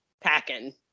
packing